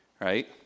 right